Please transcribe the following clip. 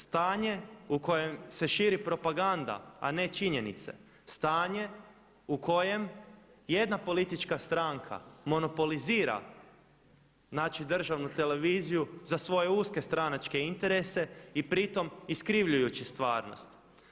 Stanje u kojem se širi propaganda a ne činjenice, stanje u kojem jedna politička stranka monopolizira znači državnu televiziju za svoje uske stranačke interese i pritom iskrivljujući stvarnost.